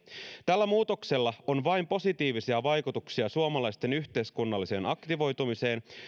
tällä muutoksella on vain positiivisia vaikutuksia suomalaisten yhteiskunnalliseen aktivoitumiseen